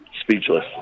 speechless